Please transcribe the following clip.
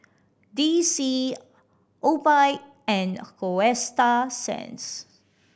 D C Obike and Coasta Sands